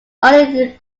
only